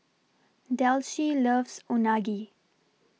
Delcie loves Unagi